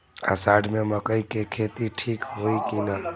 अषाढ़ मे मकई के खेती ठीक होई कि ना?